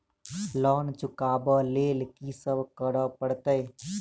Loan चुका ब लैल की सब करऽ पड़तै?